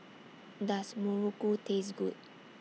Does Muruku Taste Good